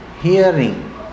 hearing